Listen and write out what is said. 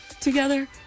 together